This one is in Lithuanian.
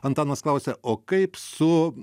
antanas klausia o kaip su